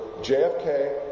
JFK